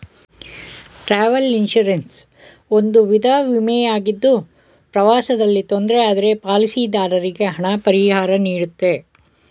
travel insurance ಒಂದು ವಿಧ ವಿಮೆ ಆಗಿದ್ದು ಪ್ರವಾಸದಲ್ಲಿ ತೊಂದ್ರೆ ಆದ್ರೆ ಪಾಲಿಸಿದಾರರಿಗೆ ಹಣ ಪರಿಹಾರನೀಡುತ್ತೆ